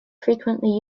frequently